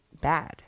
bad